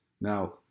Now